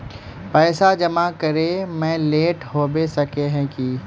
पैसा जमा करे में लेट होबे सके है की?